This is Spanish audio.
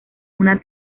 una